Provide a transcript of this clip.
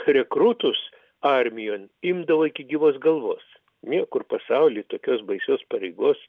rekrūtus armijon imdavo iki gyvos galvos niekur pasauly tokios baisios pareigos